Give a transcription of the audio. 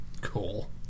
Cool